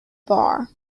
bar